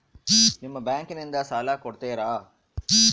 ನಿಮ್ಮ ಬ್ಯಾಂಕಿನಿಂದ ಸಾಲ ಕೊಡ್ತೇರಾ?